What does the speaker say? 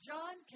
John